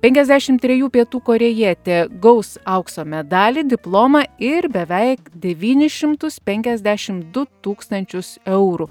penkiasdešim trejų pietų korėjietė gaus aukso medalį diplomą ir beveik devynis šimtus penkiasdešim du tūkstančius eurų